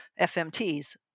FMTs